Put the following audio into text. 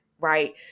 Right